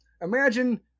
imagine